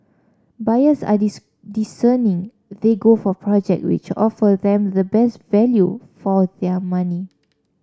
buyers are discerning they go for project which offer them the best value for their money